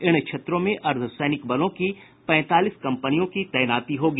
इन क्षेत्रों में अर्द्वसैनिक बलों की पैंतालीस कंपनियों की तैनाती होगी